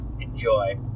Enjoy